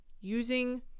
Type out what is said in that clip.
using